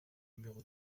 numéro